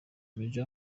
maj